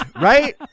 right